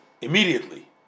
immediately